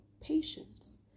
patience